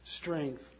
strength